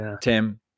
Tim